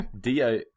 d-o